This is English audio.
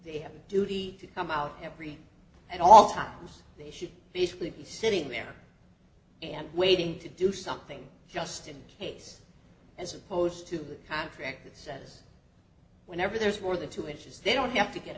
they have a duty to come out every and all times they should basically be sitting there and waiting to do something just in case as opposed to the contract that says whenever there's more than two inches they don't have to get